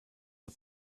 the